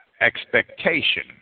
expectation